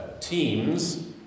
teams